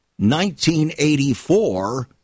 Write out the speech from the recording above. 1984